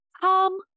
come